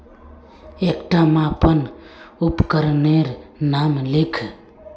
एकटा मापन उपकरनेर नाम लिख?